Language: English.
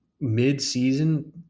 mid-season